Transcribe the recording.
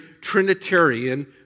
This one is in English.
Trinitarian